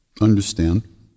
understand